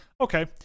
Okay